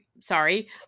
Sorry